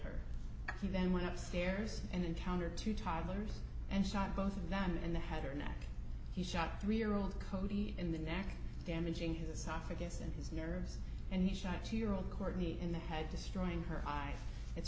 her he then went upstairs and encountered two toddlers and shot both of them and the had her neck he shot three year old cody in the neck damaging his soph against and his nerves and he shot two year old courtney in the head destroying her eye it's